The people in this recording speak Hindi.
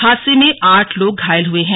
हादसे में आठ लोग घायल हुए हैं